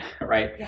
right